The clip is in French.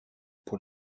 pour